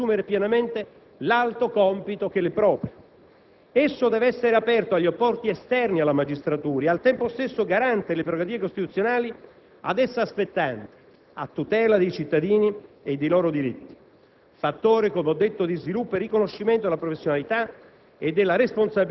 Un ordinamento giudiziario moderno e rinnovato costituisce il fondamento di una giustizia capace di assumere pienamente l'alto compito che le è proprio. Esso deve essere aperto agli apporti esterni alla magistratura e, al tempo stesso, garante delle prerogative costituzionali ad essa spettanti a tutela dei cittadini e dei loro diritti;